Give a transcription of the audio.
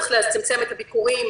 צריך לצמצם את הביקורים